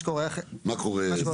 מה קורה?